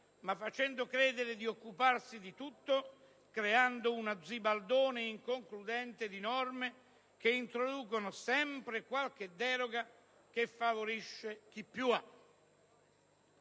ma facendo credere di occuparsi di tutto, creando uno zibaldone inconcludente di norme che introducono sempre qualche deroga che favorisce chi più ha.